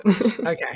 Okay